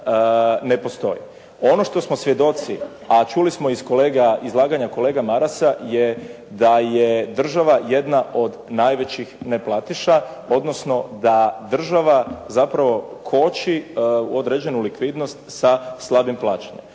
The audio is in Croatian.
Ono što smo svjedoci, a čuli smo iz izlaganja kolege Marasa je da je država jedna od najvećih neplatiša odnosno da država zapravo koči određenu likvidnost sa slabim plaćanjem.